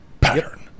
pattern